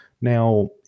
Now